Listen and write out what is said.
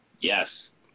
Yes